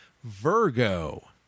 Virgo